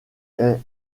est